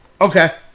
Okay